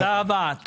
תודה רבה.